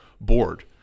board